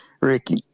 Ricky